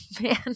man